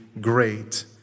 great